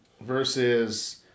versus